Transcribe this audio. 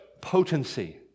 potency